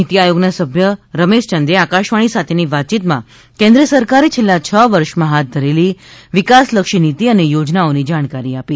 નીતિ આયોગના સભ્ય રમેશ ચંદે આકાશવાણી સાથેની વાતયીતમાં કેન્દ્ર સરકારે છેલ્લાં છ વર્ષમાં હાથ ધરેલી વિકાસલક્ષી નીતિ અને યોજનાઓની જાણકારી આપી